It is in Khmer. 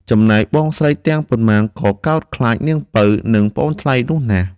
ចំណែកបងស្រីទាំងប៉ុន្មានក៏កោតខ្លាចនាងពៅ និងប្អូនថ្លៃនោះណាស់។